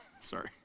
sorry